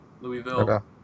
Louisville